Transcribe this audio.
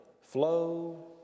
flow